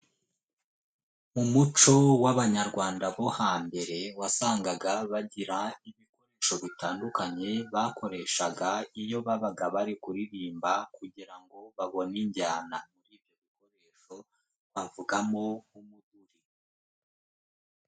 Mu muco w'abanyarwanda bo hambere wasangaga bagira ibikoresho bitandukanye bakoreshaga iyo babaga bari kuririmba kugira ngo babone injyana. Muri ibyo bikoresho, bavugamo nk'umuduri.